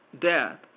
death